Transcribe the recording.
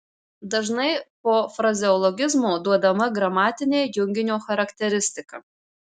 dažnai po frazeologizmo duodama gramatinė junginio charakteristika